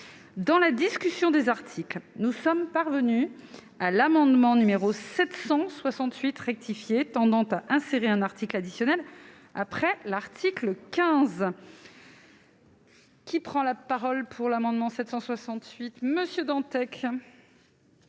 dans la discussion des articles, nous sommes parvenus à l'amendement numéro 768 rectifié tendant à insérer un article additionnel après l'article 15. Qui prend la parole pour l'amendement 768 Monsieur Dantec.